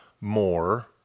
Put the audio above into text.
more